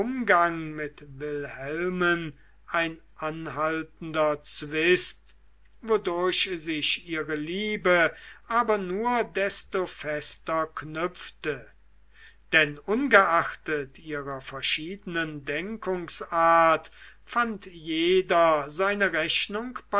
mit wilhelmen ein anhaltender zwist wodurch sich ihre liebe aber nur desto fester knüpfte denn ungeachtet ihrer verschiedenen denkungsart fand jeder seine rechnung